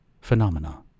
Phenomena